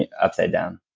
and upside down